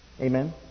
Amen